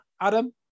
Adam